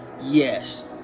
yes